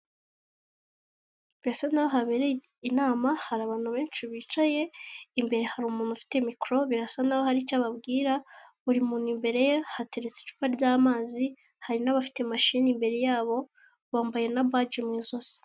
Hasa naho habereye inama hari abantu benshi bicaye, imbere hari umuntu ufite mikoro birasa naho hari icyo ababwira, buri muntu imbere ye hateretse icupa ry'amazi, hari n'abafite mashini imbere yabo, bambaye na baji mu ijosi.